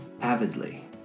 avidly